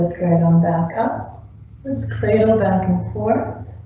um back up its cradle back and forth.